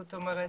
זאת אומרת,